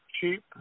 cheap